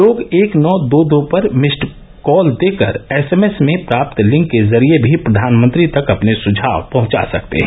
लोग एक नीं दो दो पर मिस्ड कॉल देकर एसएमएस में प्राप्त लिंक के जरिए भी प्रधानमंत्री तक अपने सुझाव पहचा सकते हैं